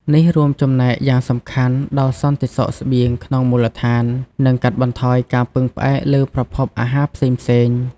នេះរួមចំណែកយ៉ាងសំខាន់ដល់សន្តិសុខស្បៀងក្នុងមូលដ្ឋាន និងកាត់បន្ថយការពឹងផ្អែកលើប្រភពអាហារផ្សេងៗ។